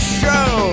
show